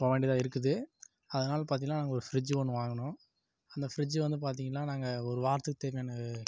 போக வேண்டியதாக இருக்குது அதனால பார்த்திங்கள்னா நாங்கள் ஒரு ஃபிரிட்ஜி ஒன்று வாங்கினோம் அந்த ஃபிரிட்ஜி வந்து பார்த்திங்கள்னா நாங்கள் ஒரு வாரத்துக்கு தேவையான